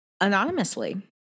anonymously